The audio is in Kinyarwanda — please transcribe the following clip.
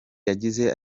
yagize